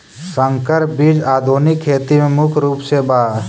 संकर बीज आधुनिक खेती में मुख्य रूप से बा